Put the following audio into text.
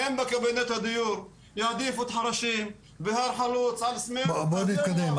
והם בקבינט יעדיפו את חורשים והר חלוץ עד סמיע --- בוא נתקדם,